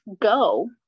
go